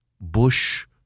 Bush